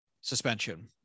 suspension